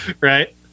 Right